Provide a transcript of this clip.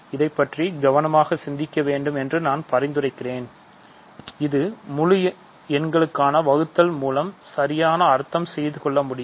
இதைப் பற்றி கவனமாக சிந்திக்க வேண்டும் என்று நான் பரிந்துரைக்கிறேன் இது முழு எண்களுக்கான வகுத்தல் மூலம் சரியாக அர்த்தம் செய்துகொள்ள முடியும்